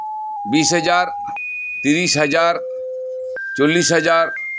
ᱵᱤᱥ ᱦᱟᱡᱟᱨ ᱛᱤᱨᱤᱥ ᱡᱟᱡᱟᱨ ᱪᱚᱞᱞᱤᱥ ᱦᱟᱡᱟᱨ